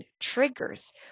triggers